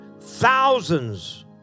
Thousands